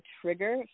trigger